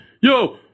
yo